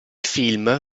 film